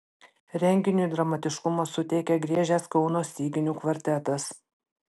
renginiui dramatiškumo suteikė griežęs kauno styginių kvartetas